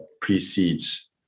precedes